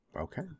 Okay